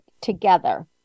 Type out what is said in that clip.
together